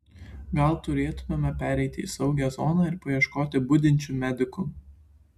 gal turėtumėme pereiti į saugią zoną ir paieškoti budinčių medikų